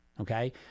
Okay